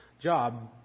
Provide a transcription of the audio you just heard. job